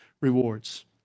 rewards